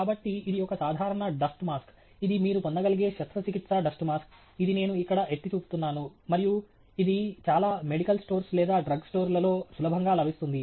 కాబట్టి ఇది ఒక సాధారణ డస్ట్ మాస్క్ ఇది మీరు పొందగలిగే శస్త్రచికిత్సా డస్ట్ మాస్క్ ఇది నేను ఇక్కడ ఎత్తి చూపుతున్నాను మరియు ఇది చాలా మెడికల్ స్టోర్స్ లేదా డ్రగ్ స్టోర్లలో సులభంగా లభిస్తుంది